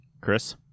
Chris